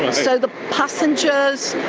so the passengers,